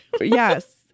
yes